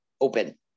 open